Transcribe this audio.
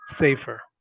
safer